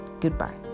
Goodbye